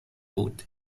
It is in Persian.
بود